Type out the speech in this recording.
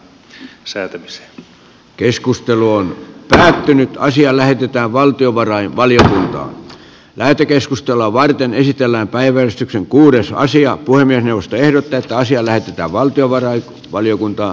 puhemiesneuvosto ehdottaa että asia lähetetään valtiovarainvaliokuntaan lähetekeskustelua varten esitelläänpä everstiksi kuudes naisia puhemiesneuvosto ehdotetaan siellä ja valtio varain valiokuntaa